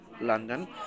London